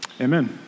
Amen